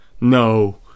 No